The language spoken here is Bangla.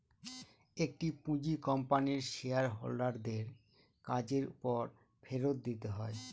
একটি পুঁজি কোম্পানির শেয়ার হোল্ডার দের কাজের পর ফেরত দিতে হয়